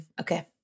Okay